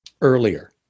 earlier